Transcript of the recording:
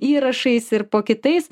įrašais ir po kitais